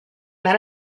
then